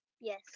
yes